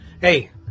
Hey